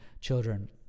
children